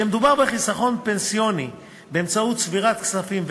כשמדובר בחיסכון פנסיוני באמצעות צבירת כספים,